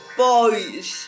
boys